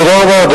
תודה רבה.